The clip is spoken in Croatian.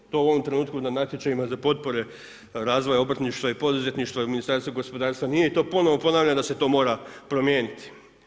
To u ovom trenutku na natječajima za potpore razvoja obrtništva i poduzetništva u Ministarstvu gospodarstva nije to, ponovo ponavljam da se to mora promijeniti.